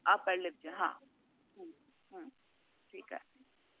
upper lip जा हा हम्म हम्म ठीकु आहे